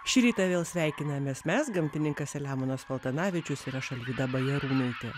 šį rytą vėl sveikinamės mes gamtininkas selemonas paltanavičius ir aš alvyda bajarūnaitė